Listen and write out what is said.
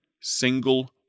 single